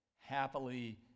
happily